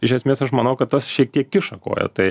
iš esmės aš manau kad tas šiek tiek kiša koją tai